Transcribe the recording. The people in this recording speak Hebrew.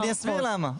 אני אסביר למה.